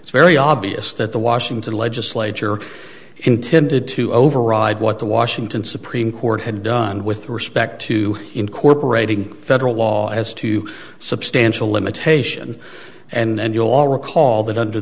it's very obvious that the washington legislature intended to override what the washington supreme court had done with respect to incorporating federal law as to substantial limitation and you'll recall that under